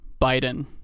Biden